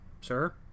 sir